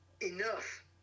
enough